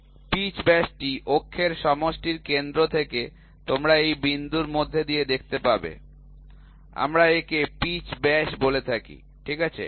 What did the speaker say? pitch ব্যাসটি অক্ষের সমষ্টির কেন্দ্র থেকে তোমরা এই বিন্দুর মধ্য দিয়ে দেখতে পাবে আমরা একে পিচ ব্যাস বলে থাকি ঠিক আছে